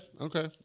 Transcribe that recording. okay